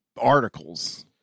articles